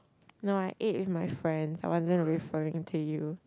no I ate with my friends I wasn't referring to you